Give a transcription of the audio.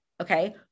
okay